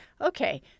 okay